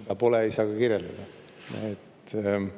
Mida pole, seda ei saa ka kirjeldada.